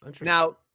Now